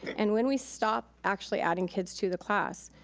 and when we stop actually adding kids to the class.